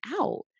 out